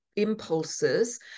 impulses